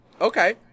Okay